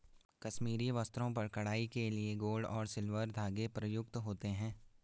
कश्मीरी वस्त्रों पर कढ़ाई के लिए गोल्ड और सिल्वर धागे प्रयुक्त होते हैं